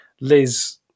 Liz